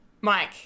Mike